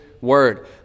word